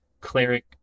cleric